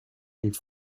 les